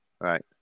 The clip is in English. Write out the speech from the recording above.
right